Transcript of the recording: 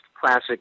classic